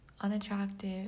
unattractive